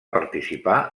participar